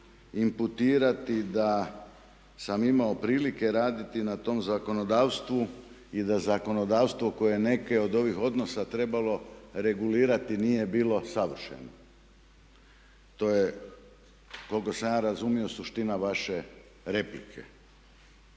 imputirati da sam imao prilike raditi na tom zakonodavstvu i da zakonodavstvo koje je neke od ovih odnosa trebalo regulirati nije bilo savršeno. To je koliko sam ja razumio suština vaše replike.